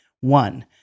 One